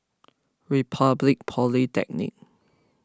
Republic Polytechnic